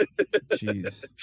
Jeez